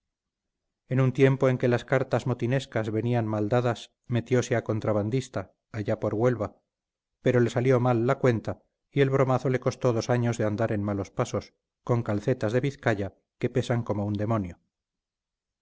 en un tiempo en que las cartas motinescas venían mal dadas metiose a contrabandista allá por huelva pero le salió mal la cuenta y el bromazo le costó dos años de andar en malos pasos con calcetas de vizcaya que pesan como un demonio